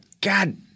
God